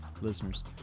Listeners